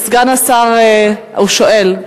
הוא שואל.